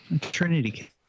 Trinity